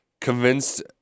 convinced